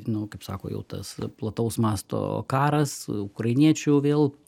nu kaip sako jau tas plataus masto karas ukrainiečių vėl